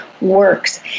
works